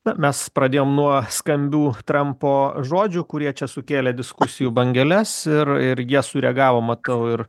na mes pradėjom nuo skambių trampo žodžių kurie čia sukėlė diskusijų bangeles ir ir jie sureagavo matau ir